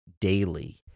daily